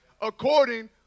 according